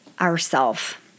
ourself